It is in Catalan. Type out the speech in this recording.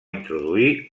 introduir